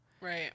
Right